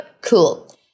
cool